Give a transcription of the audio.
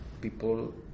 people